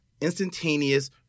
instantaneous